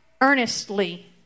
earnestly